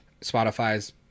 Spotify's